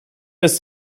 ist